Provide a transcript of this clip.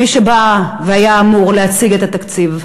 מי שבא והיה אמור להציג את התקציב,